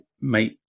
mate